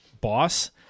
boss